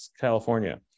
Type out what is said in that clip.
California